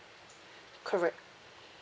correct